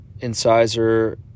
incisor